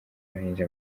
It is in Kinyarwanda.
barangije